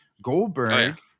Goldberg